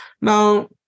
Now